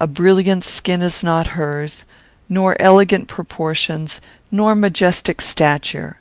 a brilliant skin is not hers nor elegant proportions nor majestic stature